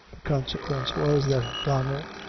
the consequence was, that donnel,